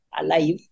alive